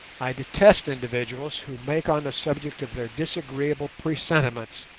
i detest individuals who make on the subject of their disagreeable presentiments,